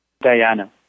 Diana